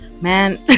man